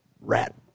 rat